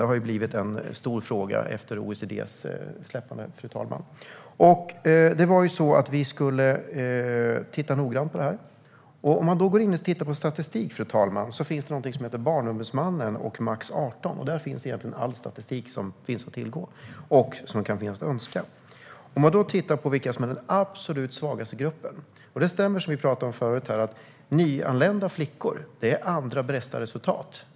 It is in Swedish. Det har blivit en stor fråga efter det att OECD:s rapport släpptes, fru talman. Vi skulle titta noggrant på detta. Om man går in och tittar på statistiken ser man att det finns något som heter Barnombudsmannen och Max 18. Där finns egentligen all statistik som finns att tillgå och som man kan önska. Man kan där se vilka som är den absolut svagaste gruppen. Som vi talade om här förut är det nyanlända flickor som visar upp det näst bästa resultatet.